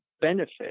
benefit